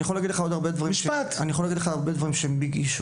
אני יכול להגיד לך עוד הרבה דברים שהם Big Issue.